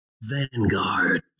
Vanguard